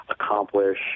accomplish